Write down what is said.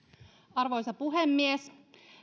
arvoisa puhemies